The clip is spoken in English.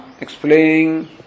explaining